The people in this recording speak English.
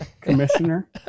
Commissioner